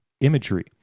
imagery